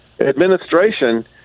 administration